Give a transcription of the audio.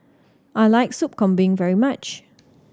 I like Sop Kambing very much